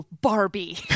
barbie